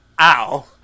Ow